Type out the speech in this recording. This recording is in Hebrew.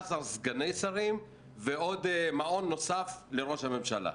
16 סגני שרים ומעון נוסף לראש הממשלה.